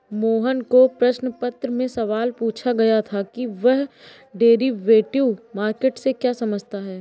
मोहन को प्रश्न पत्र में सवाल पूछा गया था कि वह डेरिवेटिव मार्केट से क्या समझता है?